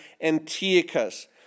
Antiochus